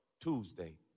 Tuesday